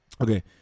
okay